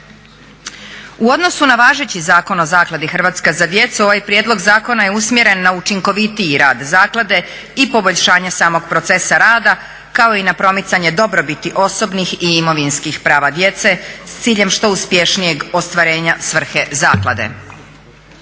U odnosu na važeći Zakon o Zakladi "Hrvatska za djecu" ovaj prijedlog zakona je usmjeren na učinkovitiji rad zaklade i poboljšanje samog procesa rada kao i na promicanje dobrobiti osobnih i imovinskih prava djece s ciljem što uspješnijeg ostvarenja svrhe zaklade.